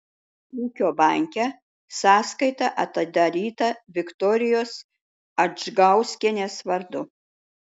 ūkio banke sąskaita atidaryta viktorijos adžgauskienės vardu